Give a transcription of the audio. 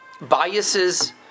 biases